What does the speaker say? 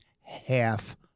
half